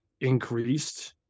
increased